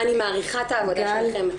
אני מעריכה את העבודה שלכם.